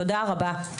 תודה רבה.